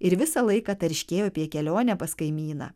ir visą laiką tarškėjo apie kelionę pas kaimyną